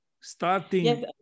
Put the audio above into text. starting